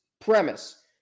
premise